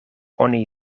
oni